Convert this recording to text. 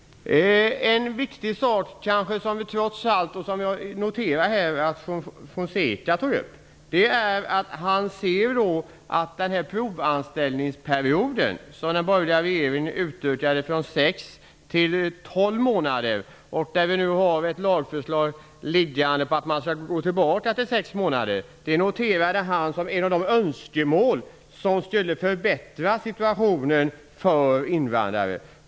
En viktig fråga som jag noterade att Fonseca tog upp är provanställningsperioden som den borgerliga regeringen utökade från sex till tolv månader. Det föreligger nu ett lagförslag om att återgå till sex månader. Fonseca hade tolv månaders provanställning som ett önskemål för att förbättra situationen för invandrare.